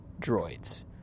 droids